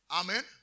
Amen